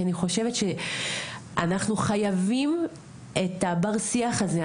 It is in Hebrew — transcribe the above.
כי אני חושבת שאנחנו חייבים את הבר שיח הזה,